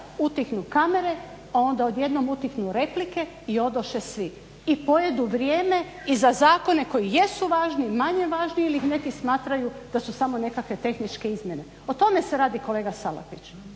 utihnu kamere onda odjednom utihnu i replike i odoše svi. I pojedu vrijeme i za zakone koji jesu važni, manje važni ili ih neki smatraju da su samo nekakve tehničke izmjene. O tome se radi kolega Salapić.